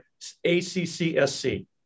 ACCSC